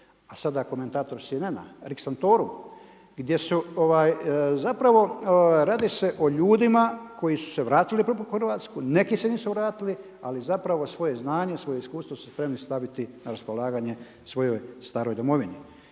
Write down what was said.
a sada komentator .../Govornik se ne razumije./... gdje su zapravo radi se o ljudima koji su se vratili prvi put u Hrvatsku, neki se nisu vratili, ali zapravo svoje znanje, svoje iskustvo su spremni staviti na raspolaganje svojoj staroj domovini.